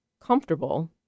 comfortable